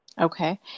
Okay